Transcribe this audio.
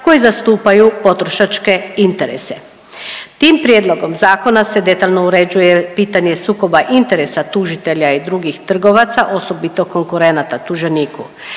koji zastupaju potrošačke interese. Tim prijedlogom zakona se detaljno uređuje pitanje sukoba interesa tužitelja i drugih trgovaca, osobito konkurenata tuženiku.